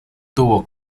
tuvo